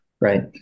Right